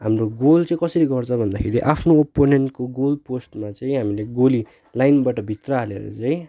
हाम्रो गोल चाहिँ कसरी गर्छ भन्दाखेरि आफ्नो अपोनेन्टको गोलपोस्टमा चाहिँ हामीले गोली लाइनबाट भित्र हालेर चाहिँ